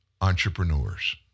entrepreneurs